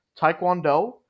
Taekwondo